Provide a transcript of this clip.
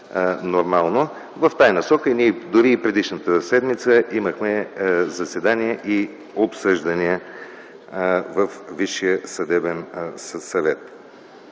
В тази насока ние дори и предишната седмица имахме заседание и обсъждания във Висшия съдебен съвет.